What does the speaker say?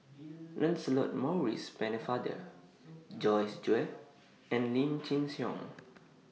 Lancelot Maurice Pennefather Joyce Jue and Lim Chin Siong